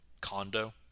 condo